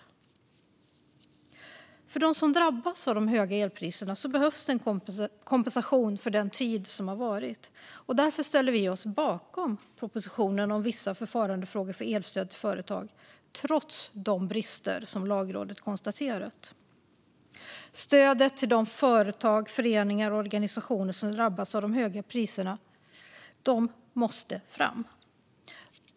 För dem som drabbats av de höga elpriserna behövs kompensation för den tid som varit. Därför ställer vi oss bakom propositionen Vissa förfarandefrågor för elstöd till företag trots de brister som Lagrådet konstaterat. Stödet till de företag, föreningar och organisationer som drabbats av de höga priserna måste fram.